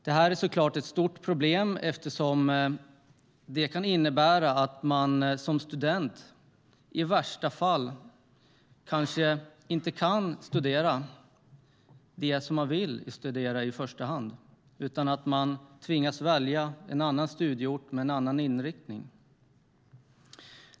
Det är såklart ett stort problem eftersom det kan innebära att man som student i värsta fall kanske inte kan studera det som man i första hand vill studera. Man tvingas välja en annan studieort med en annan inriktning.